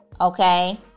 okay